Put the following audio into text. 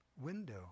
window